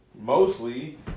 Mostly